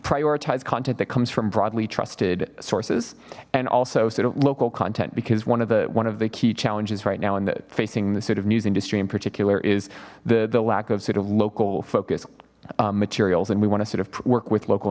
prioritize content that comes from broadly trusted sources and also sort of local content because one of the one of the key challenges right now in the facing the sort of news industry in particular is the the lack of sort of local focus materials and we want to sort of work with local